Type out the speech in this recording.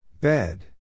Bed